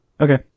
okay